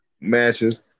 matches